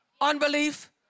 unbelief